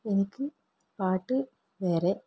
എനിക്ക് പാട്ട് വേറെ